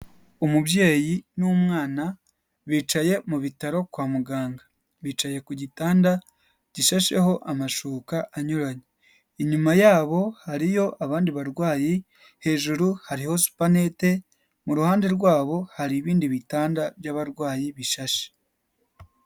Umubyeyi n'umwana bicaye mu bitaro kwa muganga, bicaye ku gitanda gishasheho amashuka anyuranye, inyuma yabo hariyo abandi barwayi hejuru hariho supanete, mu ruhande rwabo hari ibindi bitanda by'abarwayi bishashe.